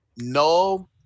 No